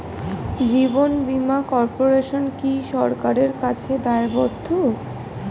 জীবন বীমা কর্পোরেশন কি সরকারের কাছে দায়বদ্ধ?